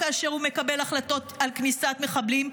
כאשר הוא מקבל החלטות על כניסת מחבלים,